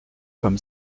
comme